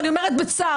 ואני אומרת בצער,